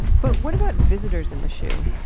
but what about visitors in the shu?